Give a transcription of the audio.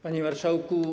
Panie Marszałku!